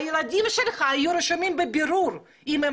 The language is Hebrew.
הילדים שלך יהיו רשומים בבירור אם הם